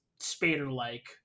Spader-like